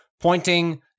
pointing